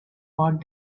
what